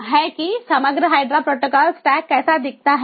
तो यह है कि समग्र HYDRA प्रोटोकॉल स्टैक कैसा दिखता है